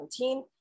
2017